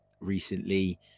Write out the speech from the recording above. recently